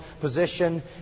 position